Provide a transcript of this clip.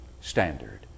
standard